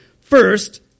First